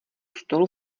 stolu